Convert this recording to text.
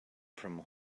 from